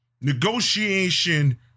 negotiation